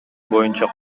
боюнча